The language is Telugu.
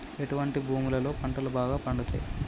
ఎటువంటి భూములలో పంటలు బాగా పండుతయ్?